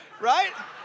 right